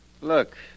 Look